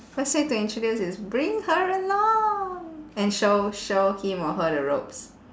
best way to introduce is bring her along and show show him or her the ropes